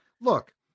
look